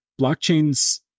blockchains